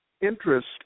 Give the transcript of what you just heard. interest